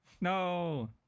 No